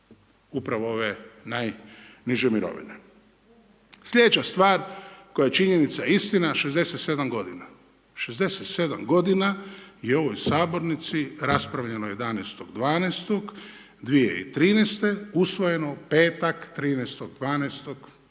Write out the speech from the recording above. upravo ove najniže mirovine. Sljedeća stvar koja je činjenica, istina 67 godina. 67 godina je u ovoj sabornici raspravljeno 11.12.2013. usvojeno u petak, 13.12.